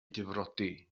difrodi